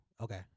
Okay